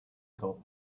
got